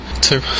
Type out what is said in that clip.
two